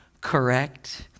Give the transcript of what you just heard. correct